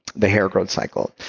the hair growth cycle.